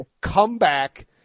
comeback